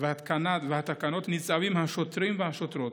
והתקנות ניצבים השוטרים והשוטרות,